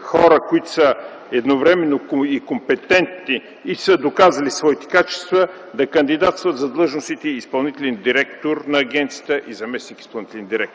хора, които са едновременно компетентни и са доказали своите качества да кандидатстват за длъжностите изпълнителен директор и заместник-изпълнителен директор на Агенцията.